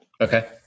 Okay